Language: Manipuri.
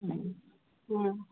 ꯎꯝ ꯑꯥ